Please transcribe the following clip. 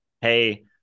Hey